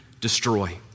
destroy